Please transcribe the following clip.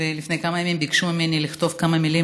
לפני כמה ימים ביקשו ממני לכתוב כמה מילים